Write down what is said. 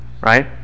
right